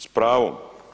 S pravom.